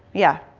yeah.